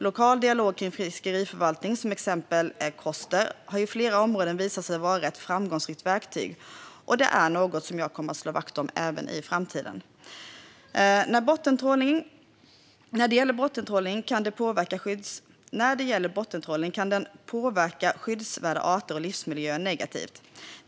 Lokal dialog kring fiskeriförvaltning, som i exemplet Koster, har i flera områden visat sig vara ett framgångsrikt verktyg, och det är något som jag kommer att slå vakt om även i framtiden. När det gäller bottentrålning kan den påverka skyddsvärda arter och livsmiljöer negativt.